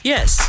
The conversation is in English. Yes